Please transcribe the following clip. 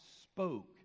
spoke